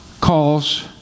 calls